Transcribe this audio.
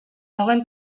dagoen